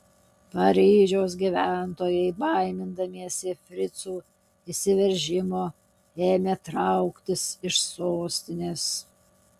paryžiaus gyventojai baimindamiesi fricų įsiveržimo ėmė trauktis iš sostinės